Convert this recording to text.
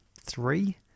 three